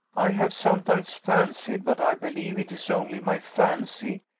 i have sometimes fancied, but i believe it is only my fancy,